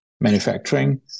manufacturing